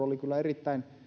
oli kyllä erittäin